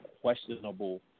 questionable